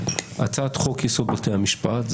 הצעת חוק-יסוד: בתי המשפט,